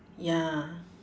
ya